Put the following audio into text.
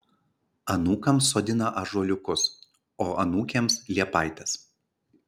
anūkams sodina ąžuoliukus o anūkėms liepaites